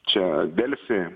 čia delfi